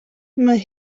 mae